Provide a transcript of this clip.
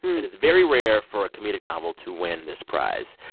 it is very rare for a comedic novel to win this prize.